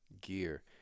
gear